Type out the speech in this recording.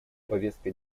повестка